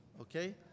okay